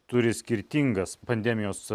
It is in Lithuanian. turi skirtingas pandemijos